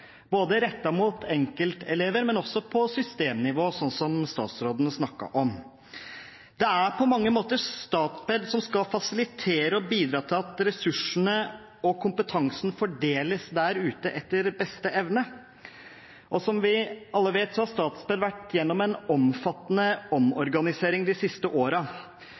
både rettet mot enkeltelever og også på systemnivå, sånn som statsråden snakket om. Det er på mange måter Statped som skal fasilitere og bidra til at ressursene og kompetansen fordeles der ute etter beste evne. Som vi alle vet, har Statped vært gjennom en omfattende omorganisering de siste